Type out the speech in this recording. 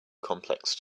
complex